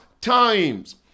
times